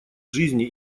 жизни